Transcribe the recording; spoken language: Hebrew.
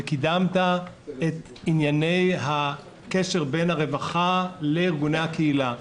וקידמת את הקשר בין הרווחה לבין ארגוני הקהילה.